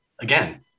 again